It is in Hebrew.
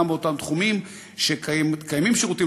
וגם באותם תחומים שקיימים שירותים,